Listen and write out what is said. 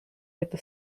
это